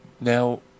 Now